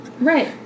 Right